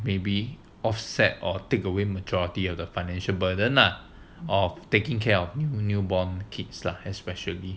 maybe offset or takeaway majority or the financial burden of taking care of newborn kids lah especially